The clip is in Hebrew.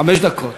חמש דקות,